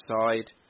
side